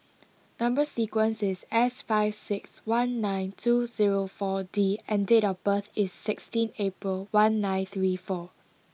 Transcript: number sequence is S five six one nine two zero four D and date of birth is sixteen April one nine three four